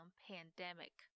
pandemic